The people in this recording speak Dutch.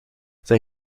zij